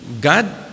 God